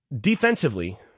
defensively